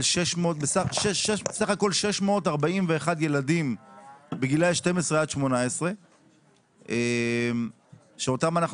בסך הכול 641 ילדים בגילאי 12 עד 18 שאותם אנחנו